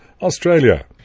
Australia